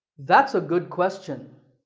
that's a good question.